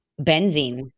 benzene